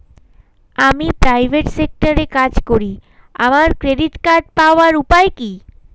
আমি প্রাইভেট সেক্টরে কাজ করি আমার ক্রেডিট কার্ড পাওয়ার উপায় কি?